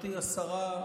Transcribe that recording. גברתי השרה,